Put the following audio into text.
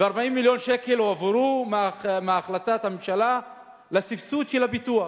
ו-40 מיליון שקל הועברו מהחלטת הממשלה לסבסוד של הפיתוח.